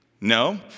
No